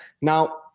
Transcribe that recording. Now